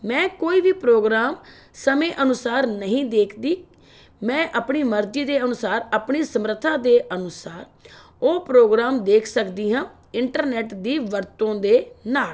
ਮੈਂ ਕੋਈ ਵੀ ਪ੍ਰੋਗਰਾਮ ਸਮੇਂ ਅਨੁਸਾਰ ਨਹੀਂ ਦੇਖਦੀ ਮੈਂ ਆਪਣੀ ਮਰਜ਼ੀ ਦੇ ਅਨੁਸਾਰ ਆਪਣੇ ਸਮਰੱਥਾ ਦੇ ਅਨੁਸਾਰ ਉਹ ਪ੍ਰੋਗਰਾਮ ਦੇਖ ਸਕਦੀ ਹਾਂ ਇੰਟਰਨੈੱਟ ਦੀ ਵਰਤੋਂ ਦੇ ਨਾਲ